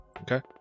Okay